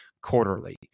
quarterly